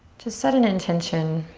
to set an intention.